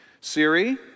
Siri